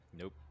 Nope